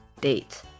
date